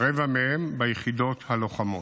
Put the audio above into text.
רבע מהם ביחידות הלוחמות.